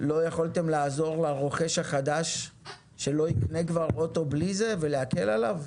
לא יכולתם לעזור לרוכש החדש שלא יקנה כבר אוטו בלי זה ולהקל עליו?